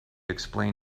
explain